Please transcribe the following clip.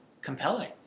compelling